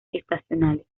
estacionales